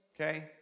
okay